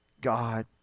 God